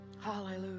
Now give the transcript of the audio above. Hallelujah